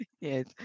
Yes